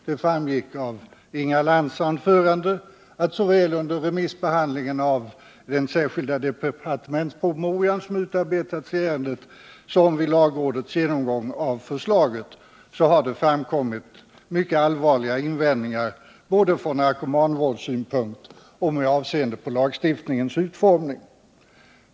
Det framgick av Inga Lantz anförande att såväl under remissbehandlingen av den särskilda departementspromemorian, som utarbetats i ämnet, som vid lagrådets genomgång av förslaget har det framkommit mycket allvarliga invändningar både från narkomanvårdssynpunkt och med avseende på lagstiftningens utformning.